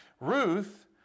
Ruth